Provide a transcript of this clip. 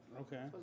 Okay